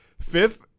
fifth